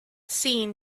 seen